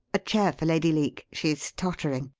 a chair for lady leake she's tottering.